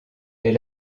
est